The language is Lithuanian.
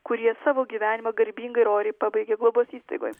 kurie savo gyvenimą garbingai ir oriai pabaigia globos įstaigoj